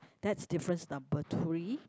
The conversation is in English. that's difference number three